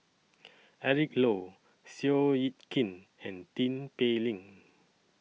Eric Low Seow Yit Kin and Tin Pei Ling